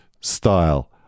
style